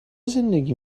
زندگی